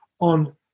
on